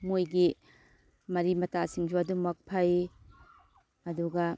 ꯃꯣꯏꯒꯤ ꯃꯔꯤ ꯃꯇꯥꯁꯤꯡꯁꯨ ꯑꯗꯨꯃꯛ ꯐꯩ ꯑꯗꯨꯒ